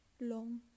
long